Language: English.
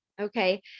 Okay